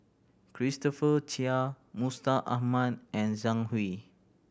Christopher Chia Mustaq Ahmad and Zhang Hui